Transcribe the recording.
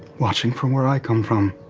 watching from where i come from.